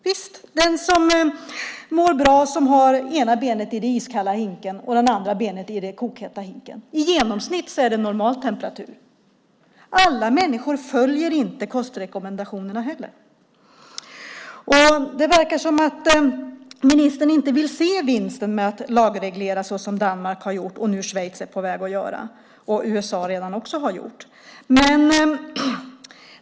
När det gäller den som mår bra och har det ena benet i den iskalla hinken och det andra benet i den kokheta hinken kan man säga att det i genomsnitt är en normal temperatur. Alla människor följer inte kostrekommendationerna heller. Det verkar som att ministern inte vill se vinsten med att lagreglera som Danmark har gjort och som Schweiz är på väg att göra. Även USA har redan gjort det.